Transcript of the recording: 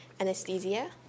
anesthesia